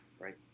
right